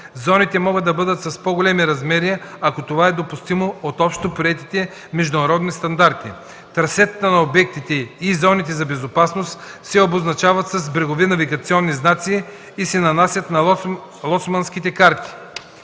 Зоните могат да бъдат с по-големи размери, ако това е допустимо от общоприетите международни стандарти. Трасетата на обектите и зоните за безопасност се обозначават с брегови навигационни знаци и се нанасят на лоцманските карти.